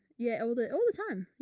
yeah. all the, all the time.